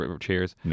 cheers